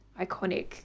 iconic